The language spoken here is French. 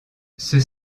ceux